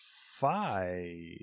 five